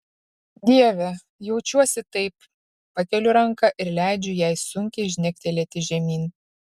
dieve jaučiuosi taip pakeliu ranką ir leidžiu jai sunkiai žnegtelėti žemyn